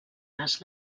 les